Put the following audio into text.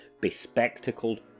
bespectacled